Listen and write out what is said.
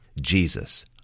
Jesus